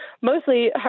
mostly